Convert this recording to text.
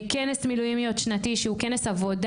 כנס מילואימיות שנתי שהוא כנס עבודה.